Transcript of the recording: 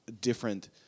different